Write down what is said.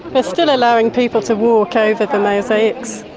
they're still allowing people to walk over the mosaics,